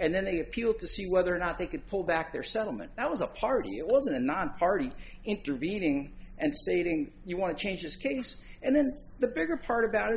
and then they appeal to see whether or not they could pull back their settlement that was a part of you also not party intervening and stating you want to change this case and then the bigger part about it